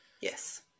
Yes